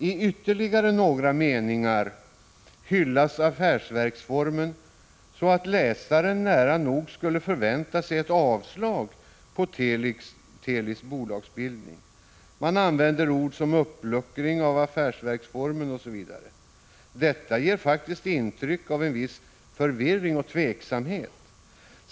I ytterligare några meningar hyllas affärsverksformen så att läsaren nära nog skulle förvänta sig ett avslag på Telis bolagsbildning. Man använder ord som ”uppluckring” av affärsverksformen, osv. Detta ger faktiskt intryck av en viss förvirring och tveksamhet.